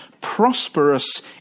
prosperous